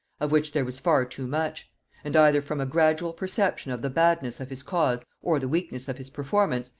of which there was far too much and either from a gradual perception of the badness of his cause or the weakness of his performance,